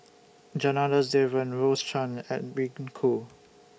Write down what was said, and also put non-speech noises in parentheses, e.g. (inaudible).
Janadas Devan Rose Chan Edwin (unintelligible) Koo